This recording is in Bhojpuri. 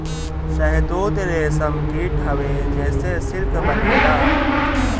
शहतूत रेशम कीट हवे जेसे सिल्क बनेला